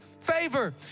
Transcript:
favor